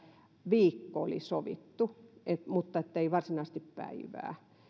viikko oli sovittu muttei varsinaisesti päivää